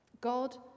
God